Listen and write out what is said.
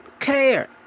care